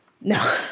No